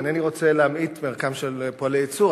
ואינני רוצה להמעיט מערכם של פועלי ייצור,